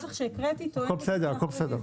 הנוסח שהקראתי תואם את מסמך הרוויזיה.